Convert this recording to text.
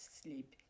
sleep